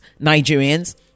Nigerians